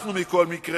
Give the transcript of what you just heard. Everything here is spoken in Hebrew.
אנחנו, בכל מקרה,